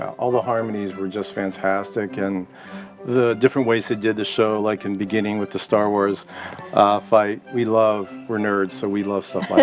all the harmonies were just fantastic, and the different ways they did the show, like in the beginning with the star wars fight, we love, we're nerds, so we love stuff